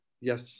Yes